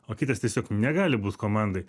o kitas tiesiog negali būt komandoj